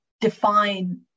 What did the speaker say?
define